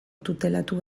tutelatu